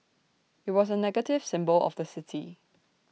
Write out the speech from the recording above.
IT was A negative symbol of the city